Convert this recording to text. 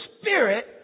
Spirit